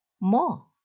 more